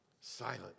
Silent